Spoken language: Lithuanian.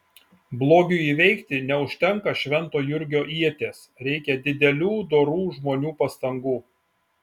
blogiui įveikti neužtenka švento jurgio ieties reikia didelių dorų žmonių pastangų